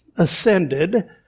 Ascended